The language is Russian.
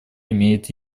имеет